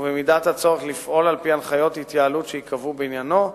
ובמידת הצורך לפעול על-פי הנחיות ההתייעלות שייקבעו בעניינו,